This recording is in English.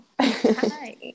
Hi